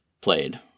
played